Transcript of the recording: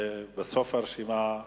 ובסוף הרשימה,